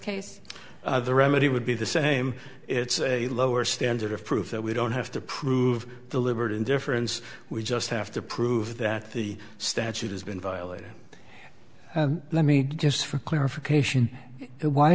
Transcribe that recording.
case the remedy would be the same it's a lower standard of proof that we don't have to prove the liberty in difference we just have to prove that the statute has been violated and let me just for clarification why